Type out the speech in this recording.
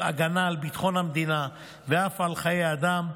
הגנה על ביטחון המדינה ואף על חיי אדם.